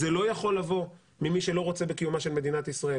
זה לא יכול לבוא ממי שלא רוצה בקיומה של מדינת ישראל.